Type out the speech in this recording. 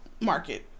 market